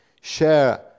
share